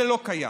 זה לא קיים,